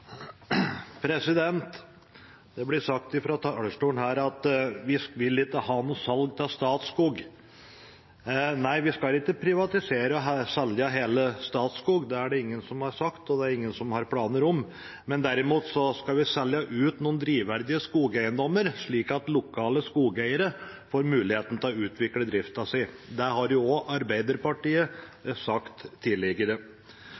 Det ble sagt fra talerstolen her: Vi vil ikke ha noe salg av Statskog. Nei, vi skal ikke privatisere og selge hele Statskog. Det er det ingen som har sagt, og det er ingen som har planer om det. Men derimot skal vi selge ut noen drivverdige skogeiendommer, slik at lokale skogeiere får muligheten til å utvikle driften sin. Det har også Arbeiderpartiet sagt tidligere.